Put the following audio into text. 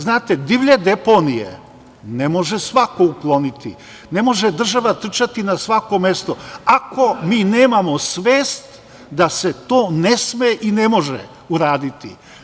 Znate, divlje deponije ne može svako ukloniti, ne može država trčati na svako mesto, ako mi nemamo svest da se to ne sme i ne može uraditi.